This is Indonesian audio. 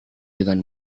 dengan